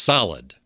Solid